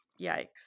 yikes